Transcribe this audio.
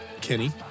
Kenny